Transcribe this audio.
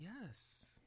Yes